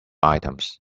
items